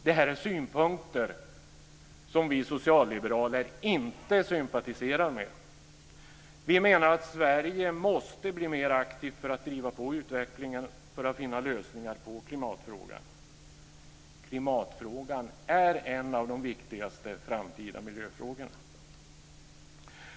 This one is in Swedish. Det är synpunkter som vi socialliberaler inte sympatiserar med. Vi menar att Sverige måste bli mer aktivt att driva på utvecklingen för att finna lösningar på klimatfrågan. Klimatfrågan är en av de viktigaste framtida miljöfrågorna.